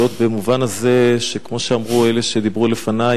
במובן הזה שכמו שאמרו אלה שדיברו לפני,